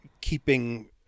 keeping